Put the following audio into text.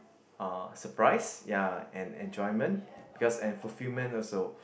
uh surprise ya and and enjoyment because and fullfilment also